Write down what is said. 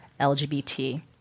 LGBT